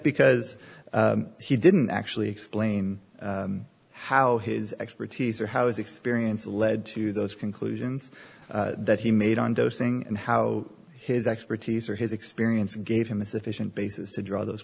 because he didn't actually explain how his expertise or how is experience led to those conclusions that he made on dosing and how his expertise or his experience gave him a sufficient basis to draw th